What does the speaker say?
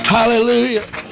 Hallelujah